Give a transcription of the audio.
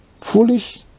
foolish